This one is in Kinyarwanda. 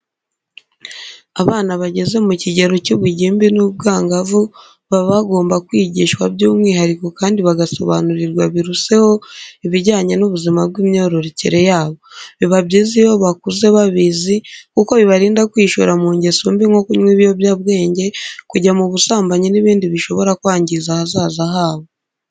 Abana bageze mu kigero cy'ubugimbi n'ubwangavu baba bagomba kwigishwa by'umwihariko kandi bagasobanurirwa biruseho ibijyanye n'ubuzima bw'imyororokere yabo. Biba byiza iyo bakuze babizi kuko bibarinda kwishora mu ngeso mbi nko kunywa ibiyobyabwenge, kujya mu busambanyi n'ibindi bishobora kwagiza ahazaza habo.